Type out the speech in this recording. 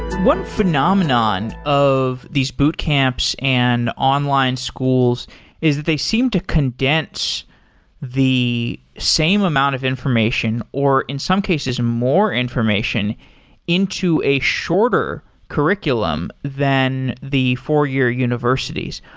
one phenomenon of these boot camps and online schools is that they seem to condense the same amount of information, or in some cases, more information into a shorter curriculum than the four-year universities.